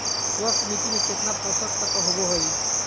स्वस्थ मिट्टी में केतना पोषक तत्त्व होबो हइ?